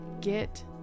get